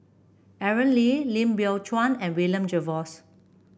Aaron Lee Lim Biow Chuan and William Jervois